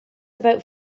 about